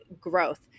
growth